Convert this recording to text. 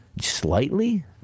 slightly